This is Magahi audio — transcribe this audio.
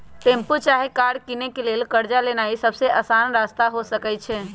टेम्पु चाहे कार किनै लेल कर्जा लेनाइ सबसे अशान रस्ता हो सकइ छै